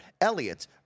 Elliot